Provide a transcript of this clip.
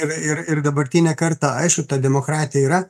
ir ir ir dabartinė karta aišku ta demokratija yra